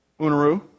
Unaru